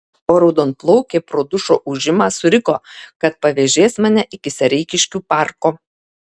o raudonplaukė pro dušo ūžimą suriko kad pavėžės mane iki sereikiškių parko